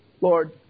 Lord